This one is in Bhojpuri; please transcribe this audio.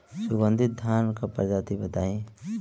सुगन्धित धान क प्रजाति बताई?